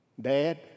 Dad